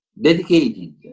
dedicated